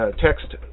text